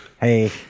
Hey